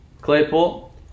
Claypool